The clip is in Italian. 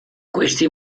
questi